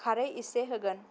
खारै एसे होगोन